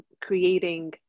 creating